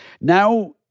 now